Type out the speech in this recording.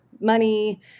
money